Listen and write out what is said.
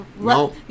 No